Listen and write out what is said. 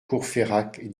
courfeyrac